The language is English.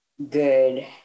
good